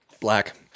Black